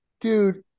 Dude